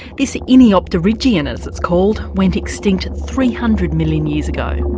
this iniopterygian, as it's called, went extinct three hundred million years ago.